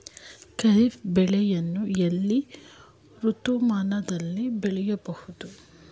ಖಾರಿಫ್ ಬೆಳೆಯನ್ನು ಎಲ್ಲಾ ಋತುಮಾನಗಳಲ್ಲಿ ಬೆಳೆಯಬಹುದೇ?